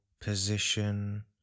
position